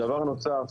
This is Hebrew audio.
דבר נוסף,